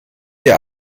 der